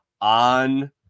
on